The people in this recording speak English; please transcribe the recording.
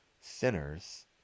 sinners